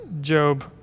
Job